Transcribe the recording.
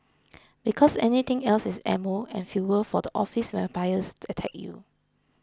because anything else is ammo and fuel for the office vampires to attack you